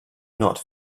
not